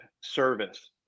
service